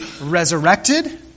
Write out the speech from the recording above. resurrected